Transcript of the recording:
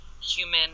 human